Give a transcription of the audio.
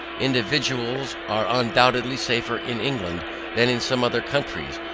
individuals are undoubtedly safer in england than in some other countries,